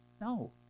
No